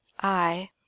I